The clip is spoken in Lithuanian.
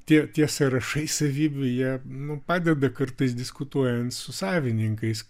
tie tie sąrašai savybių jie nu padeda kartais diskutuojant su savininkais